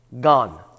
gone